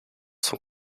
sont